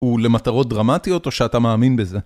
ולמטרות דרמטיות או שאתה מאמין בזה?